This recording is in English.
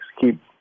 Keep